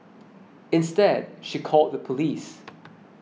instead she called the police